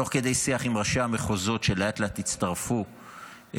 תוך כדי שיח עם ראשי המחוזות שלאט-לאט הצטרפו לתהליך,